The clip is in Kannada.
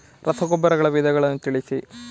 ರಸಗೊಬ್ಬರಗಳ ವಿಧಗಳನ್ನು ತಿಳಿಸಿ?